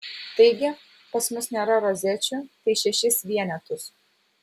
taigi pas mus nėra rozečių tai šešis vienetus